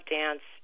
dance